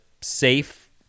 safe